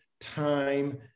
time